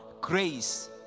grace